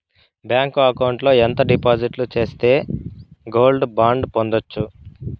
Bank account లో ఎంత డిపాజిట్లు సేస్తే గోల్డ్ బాండు పొందొచ్చు?